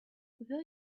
were